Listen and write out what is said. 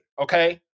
okay